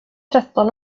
tretton